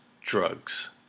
drugs